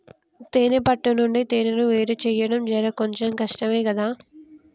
తేనే పట్టు నుండి తేనెను వేరుచేయడం జర కొంచెం కష్టమే గదా